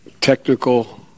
technical